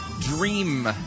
Dream